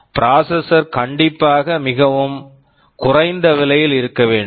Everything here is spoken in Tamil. ப்ராசெஸஸர் Processor கண்டிப்பாக குறைந்த விலையில் இருக்க வேண்டும்